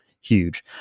huge